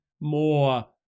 more